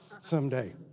someday